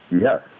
Yes